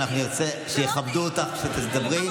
אנחנו נרצה שיכבדו אותך כשתדברי,